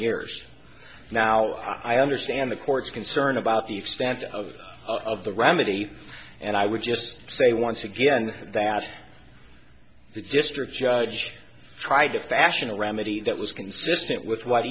years now i understand the court's concern about the extent of of the remedy and i would just say once again that the district judge tried to fashion a remedy that was consistent with what